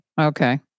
Okay